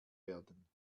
werden